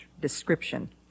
description